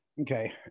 Okay